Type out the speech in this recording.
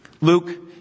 Luke